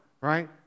right